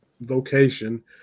vocation